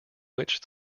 which